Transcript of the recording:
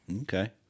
Okay